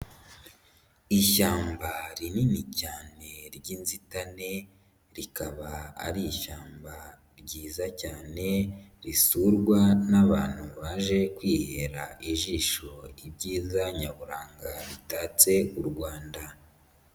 Ishyamba rinini cyane ry'inzitane rikaba ari ishyamba ryiza cyane risurwa n'abantu baje kwihera ijisho ibyiza nyaburanga bitatse u Rwanda.